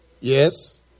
Yes